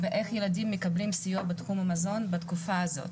איך ילדים מקבלים סיוע בתחום המזון בתקופה הזאת.